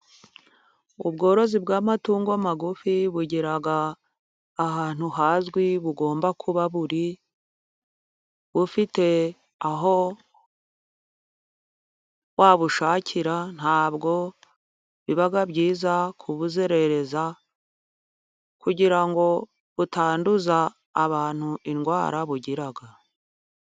Ubworozi bw'amatungo magufi bugIra ahantu hazwi bugomba kuba buri, ufite aho wabushakira ntabwo biba byiza kubuzerereza kugira ngo utanduza abantu indwara bugira.